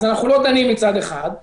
אז מצד אחד אנחנו לא דנים ומצד שני,